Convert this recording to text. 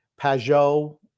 Pajot